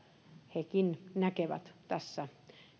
hekin näkivät tässä